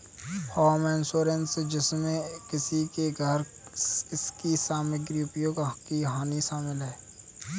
home insurance जिसमें किसी के घर इसकी सामग्री उपयोग की हानि शामिल है